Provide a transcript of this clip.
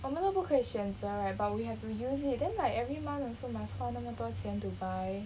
我们都不可以选择 right but we have to use it then like every month also must 花那么多钱 to buy